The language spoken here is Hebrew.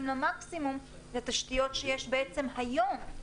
במקסימום את התשתיות שקיימות כבר היום.